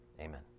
Amen